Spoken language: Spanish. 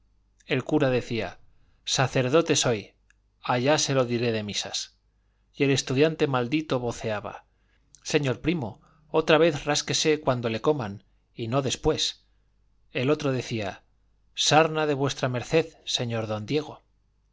el cura decía sacerdote soy allá se lo diré de misas y el estudiante maldito voceaba señor primo otra vez rásquese cuando le coman y no después el otro decía sarna de v md señor don diego